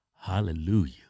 Hallelujah